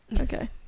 Okay